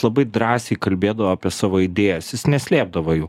labai drąsiai kalbėdavo apie savo idėjas jis neslėpdavo jų